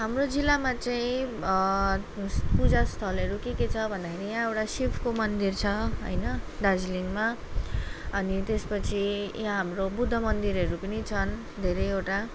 हाम्रो जिल्लामा चाहिँ पूजास्थलहरू के के छ भन्दाखेरि यहाँ एउटा शिवको मन्दिर छ होइन दार्जिलिङमा अनि त्यसपछि यहाँ हाम्रो बुद्ध मन्दिरहरू पनि छन् धेरैवटा